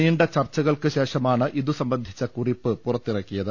നീണ്ട ചർച്ചകൾക്ക് ശേഷമാണ് ഇതുസംബന്ധിച്ച കുറിപ്പ് പുറത്തിറക്കിയത്